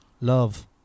Love